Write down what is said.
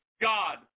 God